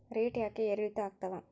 Rate ಯಾಕೆ ಏರಿಳಿತ ಆಗ್ತಾವ?